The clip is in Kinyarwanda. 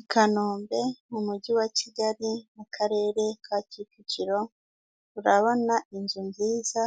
I Kanombe, mu mujyi wa Kigali, mu arere ka Kicukiro, urabona inzu nziza